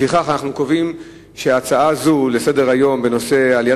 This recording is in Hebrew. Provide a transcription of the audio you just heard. לפיכך אנו קובעים שההצעות לסדר-היום בנושא העלייה